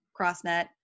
Crossnet